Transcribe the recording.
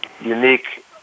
unique